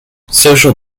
social